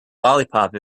lollipop